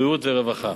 בריאות ורווחה.